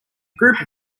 group